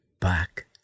back